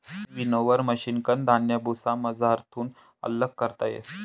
winnower मशिनकन धान्य भुसामझारथून आल्लग करता येस